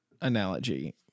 analogy